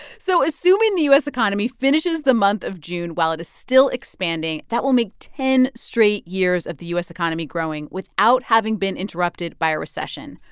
so assuming the u s. economy finishes the month of june while it is still expanding, that will make ten straight years of the u s. economy growing without having been interrupted by a recession.